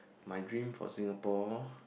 my dream for Singapore